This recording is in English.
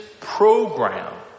program